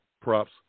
props